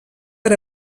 per